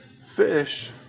fish